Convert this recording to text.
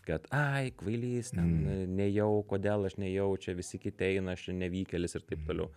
kad ai kvailys ten nėjau kodėl aš nėjau čia visi kiti eina aš nevykėlis ir taip toliau